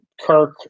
Kirk